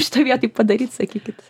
šitoj vietoj padaryt sakykit